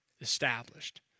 established